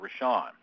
Rashawn